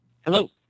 Hello